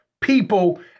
people